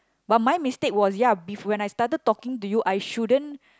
but my mistake was ya be when I started talking to you I shouldn't